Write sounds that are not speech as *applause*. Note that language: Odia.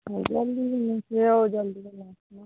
*unintelligible*